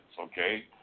okay